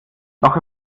noch